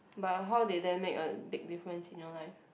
but how did that make a big difference in your life